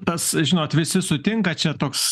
tas žinot visi sutinka čia toks